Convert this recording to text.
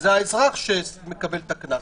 זה האזרח שמקבל את הקנס.